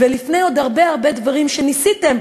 ולפני עוד הרבה הרבה דברים שניסיתם,